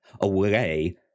away